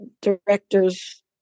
directors